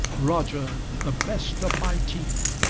roger, the best of my team.